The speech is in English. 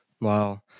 wow